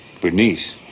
Bernice